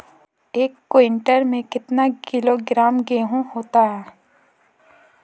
एक क्विंटल में कितना किलोग्राम गेहूँ होता है?